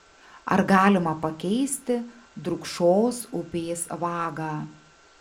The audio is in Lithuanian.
ar galima pakeisti drūkšos upės vagą